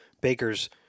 Bakers